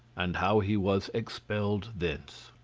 and how he was expelled thence.